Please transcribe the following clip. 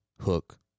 hook